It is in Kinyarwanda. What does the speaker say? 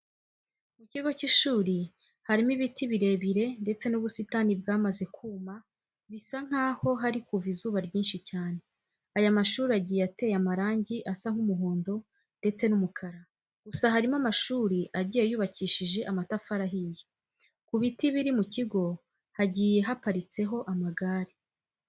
Mu kigo cy'ishuri harimo ibiti birebire ndetse n'ubusitani bwamaze kuma bisa nkaho hari kuva izuba ryinshi cyane. Aya mashuri agiye ateye amarangi asa nk'umuhondo ndetse n'umukara, gusa harimo amashuri agiye yubakishije amatafari ahiye. Ku biti biri mu kigo hagiye haparitseho amagare.